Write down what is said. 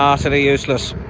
ah so and useless